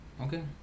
okay